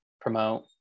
promote